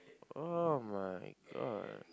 oh-my-god